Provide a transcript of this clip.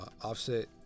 Offset